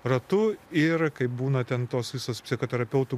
ratu ir kaip būna ten tos visos psichoterapeutų